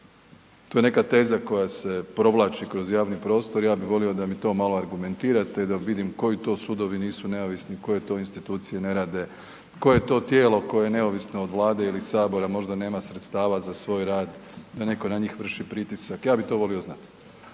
To je neka teza koja se provlači kroz javni prostor, ja bih volio da mi to malo argumentirate da vidim koji to sudovi nisu neovisni, koje to institucije ne rade, koje to tijelo koje je neovisno od Vlade ili Sabora možda nema sredstava za svoj rad, da netko na njih vrši pritisak, ja bih to volio znati.